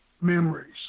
memories